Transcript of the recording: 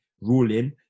ruling